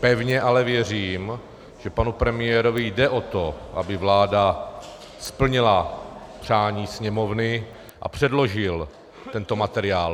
Pevně ale věřím, že panu premiérovi jde o to, aby vláda splnila přání Sněmovny a předložil tento materiál.